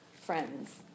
friends